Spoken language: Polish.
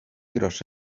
groszy